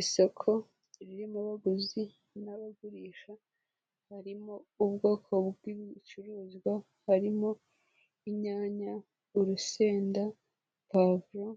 Isoko ririmo abaguzi n'abagurisha harimo ubwoko bw'ibicuruzwa harimo, inyanya, urusenda, puwavuro,